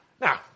Now